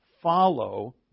follow